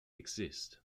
exist